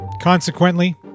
Consequently